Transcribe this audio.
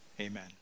Amen